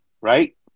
right